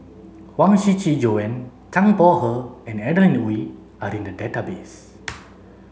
Huang Shiqi Joan Zhang Bohe and Adeline Ooi are in the database